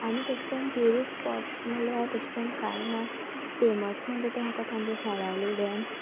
आनी तशें करून ट्युरिस्ट स्पोट्स म्हल्यार तशें करून कांय ना फेमस म्हणल्यार ते फकत आमगे साळावले डॅम